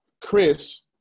Chris